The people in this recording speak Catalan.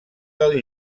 del